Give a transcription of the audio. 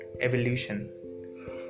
evolution